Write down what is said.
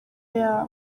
yabo